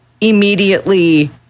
immediately